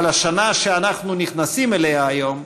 אבל השנה שאנחנו נכנסים אליה היום,